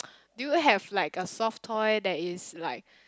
do you have like a soft toy that is like